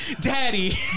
Daddy